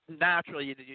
naturally